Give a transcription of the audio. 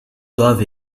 doivent